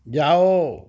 ਜਾਓ